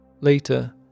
Later